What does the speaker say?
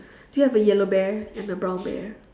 do you have a yellow bear and a brown bear